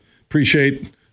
appreciate